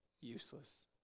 useless